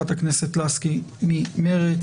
חברת הכנסת לסקי ממרצ,